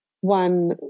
one